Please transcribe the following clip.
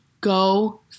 Go